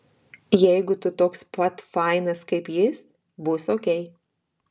jeigu tu toks pat fainas kaip jis bus okei